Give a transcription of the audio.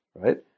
right